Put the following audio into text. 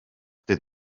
dydd